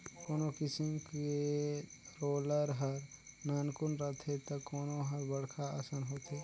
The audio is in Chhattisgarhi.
कोनो किसम के रोलर हर नानकुन रथे त कोनो हर बड़खा असन होथे